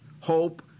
hope